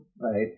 right